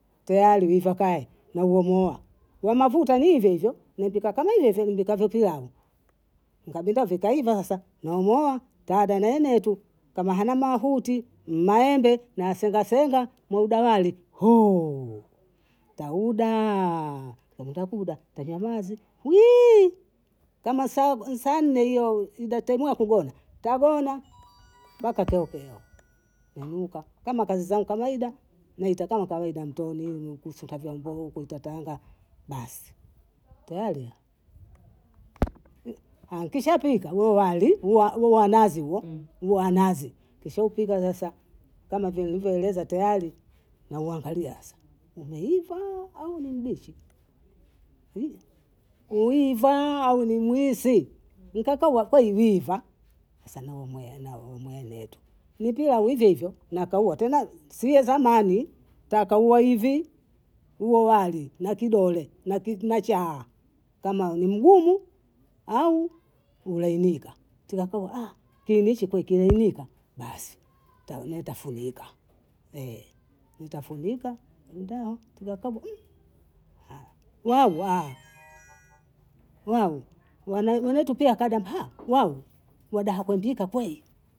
Tayari wiva kae na umemuoa, wamavuta ni hivyohivyo, nipika kama hivyohivyo nipikavyo piana, nikagundua vikaiva sasa, mimuaha tada nene tu kama hana mahuti, ni maembe nasengasenga mwida wali huu taudaa, tantakuda tanyamazi, kama saa nne hiyo ida tamu ya kugona, tagona mpaka tokea, nyanyuka kama kazi zangu kawaida, nita kama kawaida mtoni. kusunta vyombo, kuita tanga basi, tayari. aya nkishaa pika miwali huu wa nazi huo huo wa nazi, kisha upika sasa kama vile nilivyoeleza tayari nauangalia asa umeivaa au ni mbichi, uwivaa au ni mwisi, nkaka wako iwiva, sasa nawomweletu, nipiwa wivyovyo nakaua, tena sie zamani takaua hivi huo wali na kidole na kiki na chaa kama ni mgumu au ulainika, tilako kilenishipiki lainika basi, nitafunika nitafunika ndaa tilakaga wau ninatupia kada wau wadaha gondika kwei.